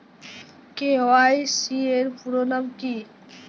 KYC এর পুরোনাম কী?